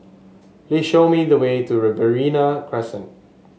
please show me the way to Riverina Crescent